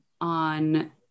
on